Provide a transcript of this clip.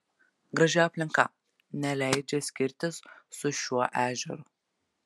graži aplinka neleidžia skirtis su šiuo ežeru